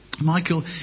Michael